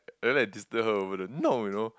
then I disturb her over the no you know